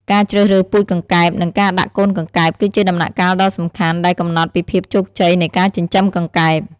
ការជ្រើសរើសពូជកង្កែប និង ការដាក់កូនកង្កែប គឺជាដំណាក់កាលដ៏សំខាន់ដែលកំណត់ពីភាពជោគជ័យនៃការចិញ្ចឹមកង្កែប។